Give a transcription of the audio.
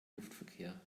luftverkehr